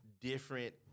different